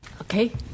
Okay